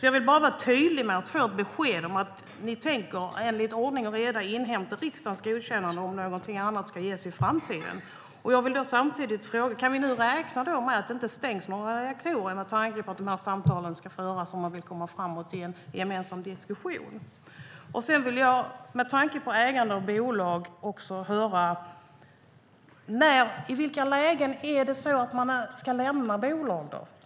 Jag vill bara vara tydlig med att jag vill ha ett besked om att ni enligt ordning och reda tänker inhämta riksdagens erkännande om någonting annat ska ges i framtiden. Med tanke på ägande av bolag vill jag också höra i vilka lägen man ska lämna bolag.